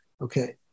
Okay